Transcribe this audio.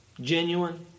genuine